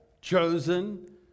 chosen